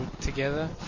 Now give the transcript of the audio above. together